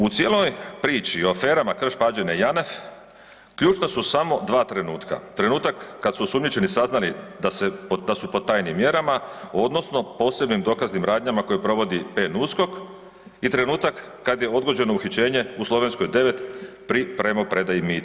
U cijeloj priči o aferama Krš-Pađene-Janaf ključna su samo dva trenutka, trenutak kada su osumnjičeni saznali da su pod tajnim mjerama odnosno posebnim dokaznim radnjama koje provodi PNUSKOK i trenutak kada je odgođeno uhićenje u Slovenskoj 9 pri primopredaji mita.